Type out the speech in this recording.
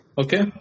okay